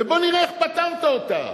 ובוא נראה איך פתרת אותה.